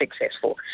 successful